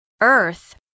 Earth